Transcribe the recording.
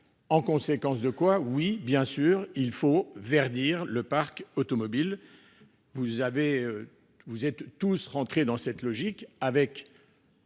en conséquence de quoi, oui bien sûr il faut verdir le parc automobile. Vous avez, vous êtes tous rentrer dans cette logique avec.